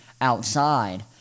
outside